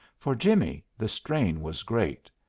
for jimmie the strain was great.